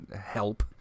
help